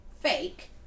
fake